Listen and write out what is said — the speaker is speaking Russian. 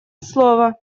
слово